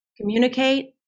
Communicate